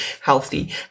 healthy